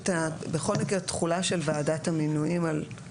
בכל מקרה תחולה של ועדת המינויים על חברים במועצות